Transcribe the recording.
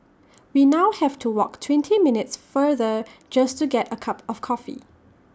we now have to walk twenty minutes further just to get A cup of coffee